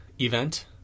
event